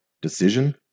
decision